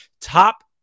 Top